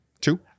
Two